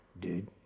dude